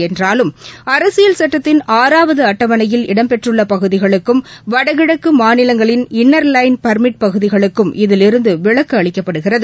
என்றாலும் அரசியல் சட்டத்தின் ஆறாவது அட்டவணையில் இடம்பெற்றுள்ள பகுதிகளுக்கும் வடகிழக்கு மாநிலங்களில் இன்னர்லைன் பர்மிட் பகுதிகளுக்கும் இதிலிருந்து விலக்கு அளிக்கப்படுகிறது